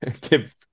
give